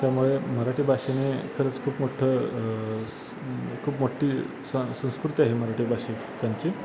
त्यामुळे मराठी भाषेने खरंच खूप मोठं स खूप मोठी सं संस्कृती आहे मराठी भाषिकांची